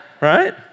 Right